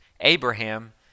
Abraham